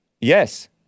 Yes